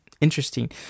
Interesting